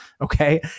okay